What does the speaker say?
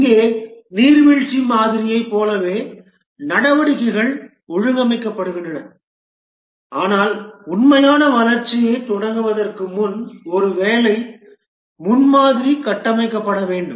இங்கே நீர்வீழ்ச்சி மாதிரியைப் போலவே நடவடிக்கைகள் ஒழுங்கமைக்கப்படுகின்றன ஆனால் உண்மையான வளர்ச்சியைத் தொடங்குவதற்கு முன் ஒரு வேலை முன்மாதிரி கட்டமைக்கப்பட வேண்டும்